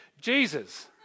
Jesus